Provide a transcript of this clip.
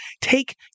take